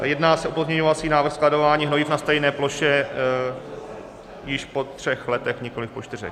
Jedná se o pozměňovací návrh skladování hnojiv na stejné ploše již po třech letech, nikoliv po čtyřech.